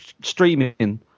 streaming